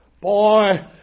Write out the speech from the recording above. Boy